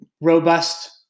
robust